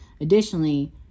additionally